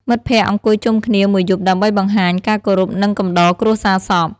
មិត្តភ័ក្តិអង្គុយជុំគ្នាមួយយប់ដើម្បីបង្ហាញការគោរព និងកំដរគ្រួសារសព។